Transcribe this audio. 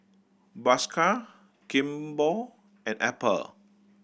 Bershka Kimball and Apple